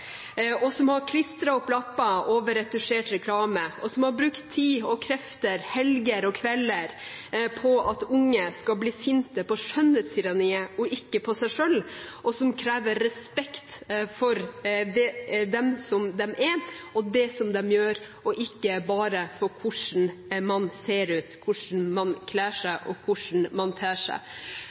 motstrøm. De har klistret opp lapper over retusjert reklame og har brukt tid og krefter, helger og kvelder, på at unge skal bli sinte på skjønnhetstyranniet, og ikke på seg selv. De krever respekt for den de er, og for det de gjør, og ikke bare for hvordan de ser ut, hvordan de kler seg, og hvordan de ter seg.